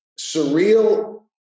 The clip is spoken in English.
surreal